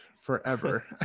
forever